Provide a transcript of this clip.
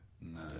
No